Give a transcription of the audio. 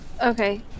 Okay